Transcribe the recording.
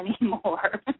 anymore